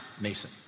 mason